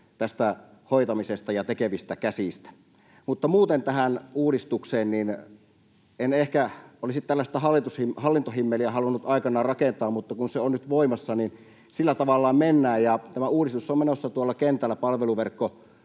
pois hoitamisesta ja tekevistä käsistä. Mutta muuten tähän uudistukseen: En ehkä olisi tällaista hallintohimmeliä halunnut aikanaan rakentaa, mutta kun se on nyt voimassa, niin sillä tavallaan mennään. Tämä uudistus on menossa tuolla kentällä palveluverkkouudistuksen